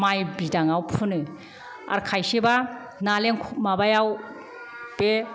माइ बिदाङाव फुनो आरो खाइसेबा माबायाव बे